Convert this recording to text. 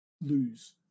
lose